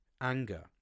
anger